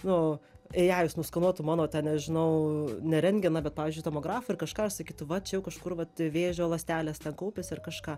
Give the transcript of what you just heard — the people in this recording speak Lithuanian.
nu ėiajus nuskenuotų mano ten nežinau ne rentgeną bet pavyzdžiui tomografą ir kažką ir sakytų va čia jau kažkur vat vėžio ląstelės kaupiasi ir kažką